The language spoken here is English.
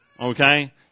Okay